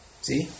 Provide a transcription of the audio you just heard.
See